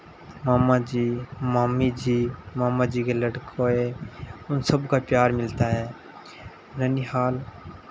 मामा जी मामी जी मामा जी के लड़के उन सबका प्यार मिलता है ननिहाल